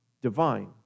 divine